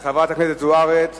של חברת הכנסת זוארץ,